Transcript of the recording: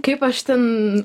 kaip aš ten